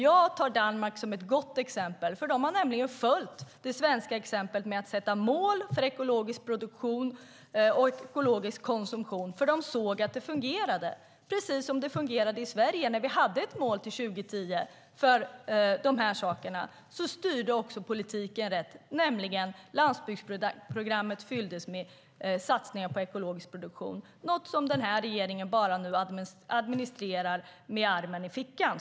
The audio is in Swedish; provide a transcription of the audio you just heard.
Jag tar Danmark som ett gott exempel, för där har man nämligen följt det svenska exemplet med att sätta mål för ekologisk produktion och ekologisk konsumtion, för man såg att det fungerade, precis som det fungerade i Sverige fram till 2010, när vi hade mål. Då styrde politiken rätt, och landsbygdsprogrammet fylldes med satsningar på ekologisk produktion, något som den här regeringen nu administrerar med armen i fickan.